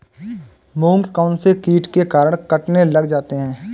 मूंग कौनसे कीट के कारण कटने लग जाते हैं?